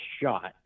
shot